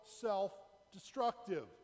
self-destructive